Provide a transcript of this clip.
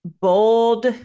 bold